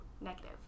negative